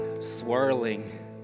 swirling